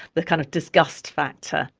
the kind of disgust factor.